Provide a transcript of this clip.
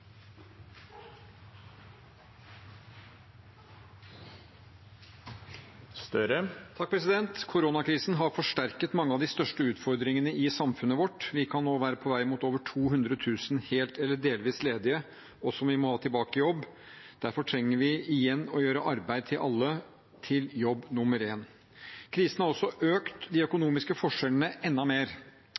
kan nå være på vei mot over 200 000 helt eller delvis ledige, som vi må ha tilbake i jobb. Derfor trenger vi igjen å gjøre arbeid til alle til jobb nummer én. Krisen har også økt de økonomiske forskjellene enda mer.